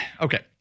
okay